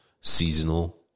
seasonal